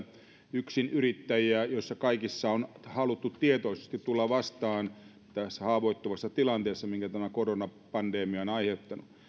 yksinyrittäjiä ja joissa kaikissa on haluttu tietoisesti tulla vastaan tässä haavoittuvassa tilanteessa minkä tämä koronapandemia on aiheuttanut